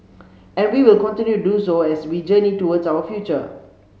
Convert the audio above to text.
and we will continue to do so as we journey towards our future